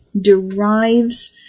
derives